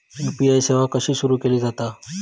UPI सेवा कशी सुरू केली जाता?